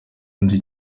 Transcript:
nzi